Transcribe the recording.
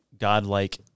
godlike